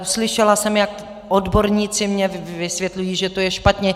Slyšela jsem, jak mi odborníci vysvětlují, že to je špatně.